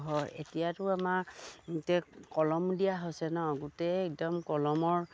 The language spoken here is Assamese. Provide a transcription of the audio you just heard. হয় এতিয়াতো আমাৰ কলম দিয়া হৈছে ন গোটেই একদম কলমৰ